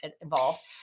involved